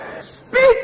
Speak